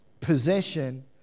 Possession